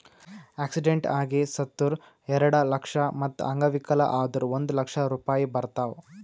accident ಆಗಿ ಸತ್ತುರ್ ಎರೆಡ ಲಕ್ಷ, ಮತ್ತ ಅಂಗವಿಕಲ ಆದುರ್ ಒಂದ್ ಲಕ್ಷ ರೂಪಾಯಿ ಬರ್ತಾವ್